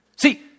See